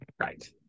Right